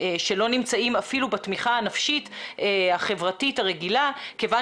שלא נמצאים אפילו בתמיכה הנפשית החברתית הרגילה כיוון